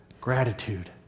gratitude